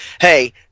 hey